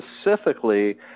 specifically